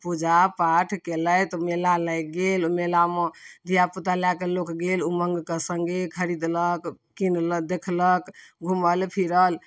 पूजा पाठ केलथि मेला लागि गेल ओहि मेलामे धिआपुता लैकऽ लोक गेल उमङ्ग कऽ सङ्गे खरीदलक किनल देखलक घुमल फिरल